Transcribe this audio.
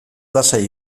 lasai